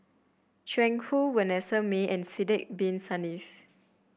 Jiang Hu Vanessa Mae and Sidek Bin Saniff